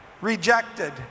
rejected